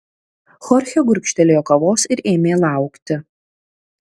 chorchė gurkštelėjo kavos ir ėmė laukti